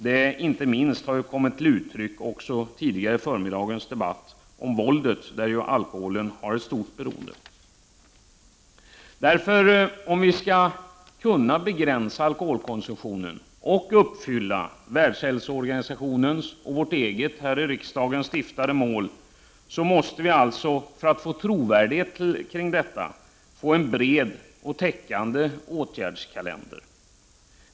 Detta har inte minst kommit till uttryck under förmiddagens debatt om våldet, där ju alkoholen har stor betydelse. Om vi skall kunna begränsa alkoholkonsumtionen och uppnå Världshälsoorganisationens mål — och vårt eget här i riksdagen uppsatta mål — och uppnå trovärdighet i samband därmed, måste vi få en bred och täckande åtgärdskalender.